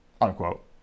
unquote